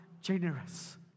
generous